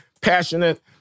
passionate